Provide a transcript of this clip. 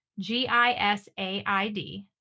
GISAID